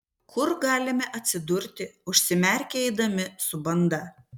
kur galime atsidurti užsimerkę eidami su banda